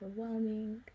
overwhelming